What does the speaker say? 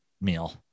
meal